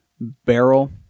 barrel